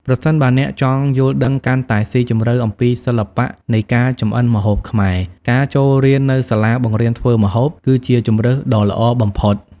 ប្រសិនបើអ្នកចង់យល់ដឹងកាន់តែស៊ីជម្រៅអំពីសិល្បៈនៃការចម្អិនម្ហូបខ្មែរ ការចូលរៀននៅសាលាបង្រៀនធ្វើម្ហូបគឺជាជម្រើសដ៏ល្អបំផុត ។